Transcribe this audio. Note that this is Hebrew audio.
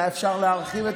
היה אפשר להרחיב,